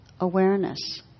awareness